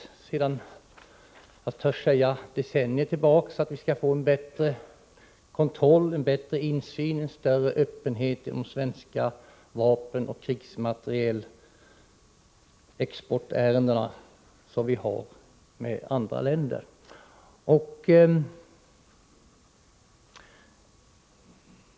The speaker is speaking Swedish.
Jag törs säga att vi sedan decennier har begärt att det skall bli en bättre kontroll, en bättre insyn, en större öppenhet i de ärenden som gäller svensk export av vapen, av krigsmateriel, till olika länder.